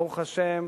ברוך השם,